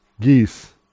geese